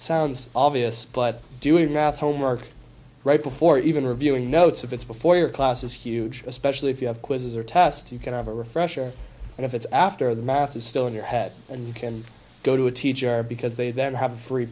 sounds obvious but doing math homework right before even reviewing notes if it's before your class is huge especially if you have quizzes or tests you can have a refresher and if it's after the math is still in your head and you can go to a teacher because they then have a free